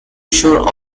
shore